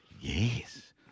Yes